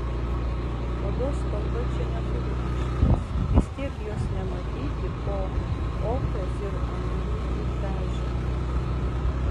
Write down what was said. odos spalva čia neturi reikšmės vis tiek jos nematyti po ochros ir anglių išdažymu